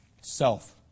Self